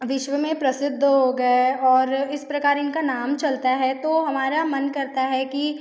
विश्व में प्रसिद्ध हो गए और इस प्रकार इनका नाम चलता है तो हमारा मन करता है कि